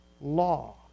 law